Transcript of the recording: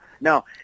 No